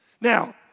Now